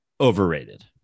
overrated